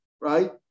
right